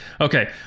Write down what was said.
Okay